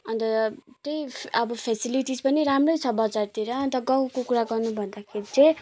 अन्त त्यही अब फेसिलिटिज पनि राम्रै छ बजारतिर अन्त गाउँको कुरा गर्नुभन्दाखेरि चाहिँ